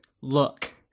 look